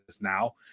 now